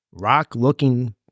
rock-looking